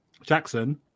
Jackson